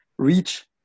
reach